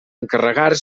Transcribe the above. encarregar